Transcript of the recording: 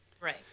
Right